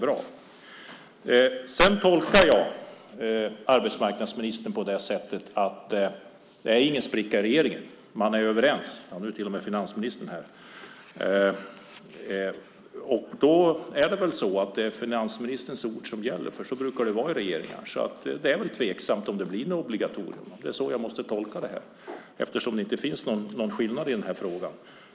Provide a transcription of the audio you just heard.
Jag tolkar arbetsmarknadsministern så att det inte är någon spricka i regeringen. Man är överens. Nu har till och med finansministern kommit till kammaren! Då är det finansministerns ord som gäller. Så brukar det vara i regeringar. Det är tveksamt om det blir något obligatorium. Det är så jag måste tolka detta eftersom det inte finns någon skillnad i denna fråga.